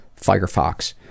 Firefox